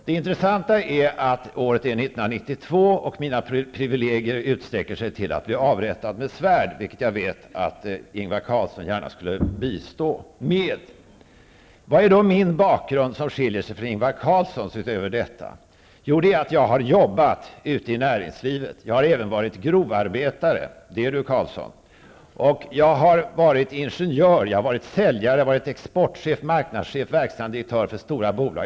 Det intressanta är att året är 1992, och mina privilegier utsträcker sig till att bli avrättad med svärd. Jag vet att Ingvar Carlsson gärna skulle bistå med det. Vad är det då i min bakgrund, utöver detta, som skiljer mig från Ingvar Carlsson. Det är att jag har jobbat ute i näringslivet. Jag har även varit grovarbetare. Det du, Carlsson! Jag har varit ingenjör, säljare, exportchef, marknadschef och verkställande direktör för stora bolag.